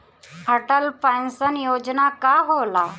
Atal pension योजना का होला?